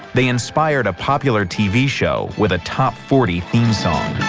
they inspired a popular tv show with a top forty theme song.